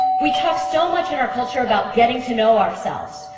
we talk so much in our culture about getting to know ourselves.